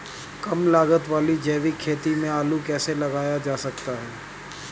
कम लागत वाली जैविक खेती में आलू कैसे लगाया जा सकता है?